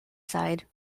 side